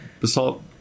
basalt